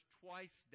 twice